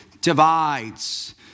divides